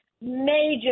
Major